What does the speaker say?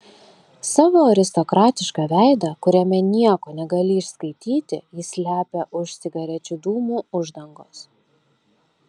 savo aristokratišką veidą kuriame nieko negali išskaityti jis slepia už cigarečių dūmų uždangos